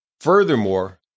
furthermore